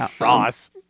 Ross